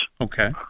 Okay